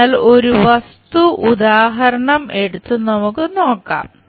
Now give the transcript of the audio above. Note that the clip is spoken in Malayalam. അതിനാൽ ഒരു വസ്തു ഉദാഹരണം എടുത്ത് നമുക്ക് നോക്കാം